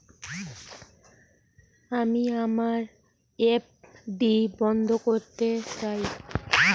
আমি আমার এফ.ডি বন্ধ করতে চাই